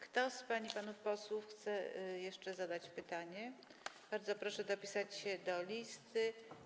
Kto z pań i panów posłów chce jeszcze zadać pytanie, bardzo proszę dopisać się do listy.